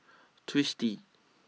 Twisstii